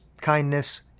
kindness